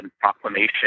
proclamation